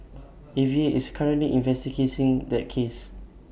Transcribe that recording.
A V A is currently investigating that case